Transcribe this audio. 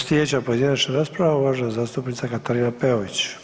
Slijedeća pojedinačna rasprava uvažena zastupnica Katarina Peović.